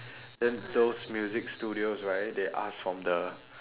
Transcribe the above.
then those music studios right they ask from the